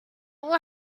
will